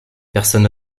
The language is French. personne